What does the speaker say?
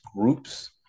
groups